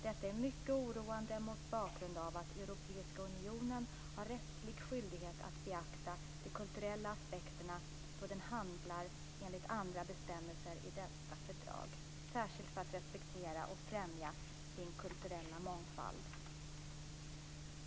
Detta är mycket oroande mot bakgrund av att Europeiska unionen har rättslig skyldighet att 'beakta de kulturella aspekterna då den handlar enligt andra bestämmelser i detta fördrag, särskilt för att respektera och främja sin kulturella mångfald'".